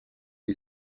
est